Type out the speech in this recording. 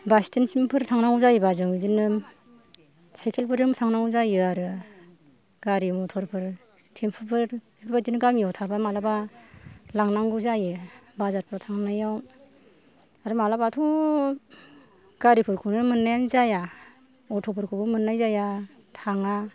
बास स्थेनफोरसिम थांनांगौ जायोबा जों बेबायदिनो साइखेलफोरजों थांनांगौ जायो आरो गारि मटरफोर थेमफुफोर बेबायदिनो गामियाव थाबा मालाबा लांनांगौ जायो बाजारफ्राव थांनायाव आरो मालाबाथ' गारिफोरखौनो मोननायानो जाया अट'फोरखौबो मोननाय जाया थाङा